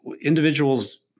individuals